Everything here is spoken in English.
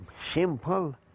simple